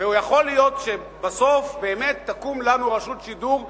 ויכול להיות שבסוף באמת תקום לנו רשות שידור ציבורית,